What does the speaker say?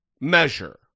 measure